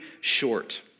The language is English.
short